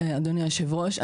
אדוני יושב הראש,